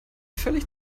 völlig